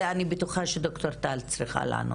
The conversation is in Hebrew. אני בטוחה שעל זה ד"ר טל צריכה לענות.